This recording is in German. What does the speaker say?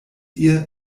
ihr